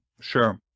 sure